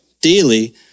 daily